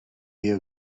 you